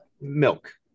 milk